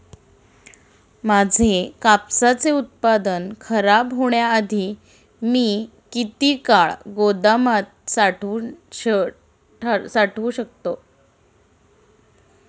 माझे कापसाचे उत्पादन खराब होण्याआधी मी किती काळ गोदामात साठवू शकतो?